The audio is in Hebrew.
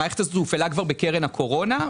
המערכת הזאת הופעלה כבר בקרן הקורונה.